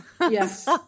Yes